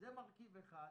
זה מרכיב אחד.